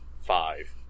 Five